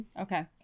okay